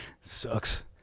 sucks